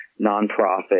nonprofit